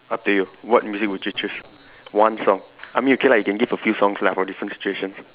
up to you what music would you choose one song I mean okay lah you can give a few songs lah for different situation